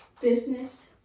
business